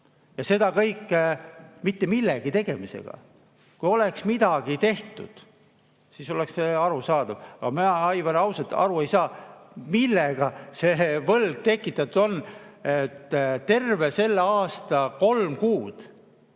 ja seda kõike mitte millegi tegemisega. Kui oleks midagi tehtud, siis oleks see arusaadav. Aga ma, Aivar, ausalt aru ei saa, millega see võlg tekitatud on. Terve selle aasta kolm kuud